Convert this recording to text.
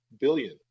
billion